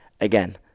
Again